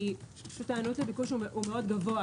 כי ההיענות לביקוש גבוה,